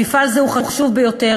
מפעל זה הוא חשוב ביותר.